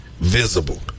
visible